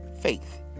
faith